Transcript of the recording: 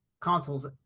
consoles